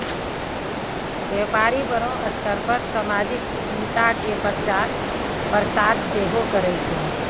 व्यपारी बड़ो स्तर पे समाजिक उद्यमिता के प्रचार प्रसार सेहो करै छै